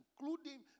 including